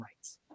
rights